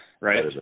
right